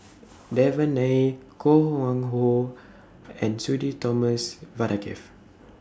Devan Nair Koh Nguang How and Sudhir Thomas Vadaketh